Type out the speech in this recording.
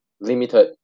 limited